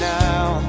now